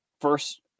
first